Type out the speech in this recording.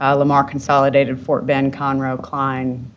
ah lamar consolidated, fort bend, conroe, klein,